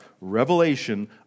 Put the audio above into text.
revelation